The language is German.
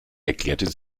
erklärte